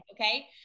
Okay